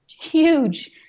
huge